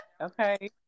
Okay